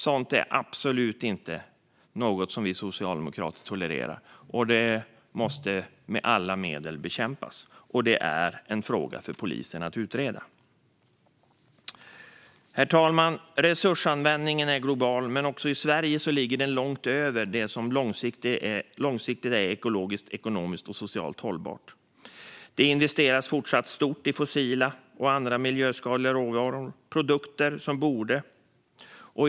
Sådant är absolut inte något som vi socialdemokrater tolererar, och det måste med alla medel bekämpas. Det är en fråga för polisen att utreda. Herr talman! Resursanvändningen är global, men också i Sverige ligger den långt över det som långsiktigt är ekologiskt, ekonomiskt och socialt hållbart. Det investeras fortsatt stort i fossila och andra miljöskadliga råvaror. Det är produkter som borde återvinnas.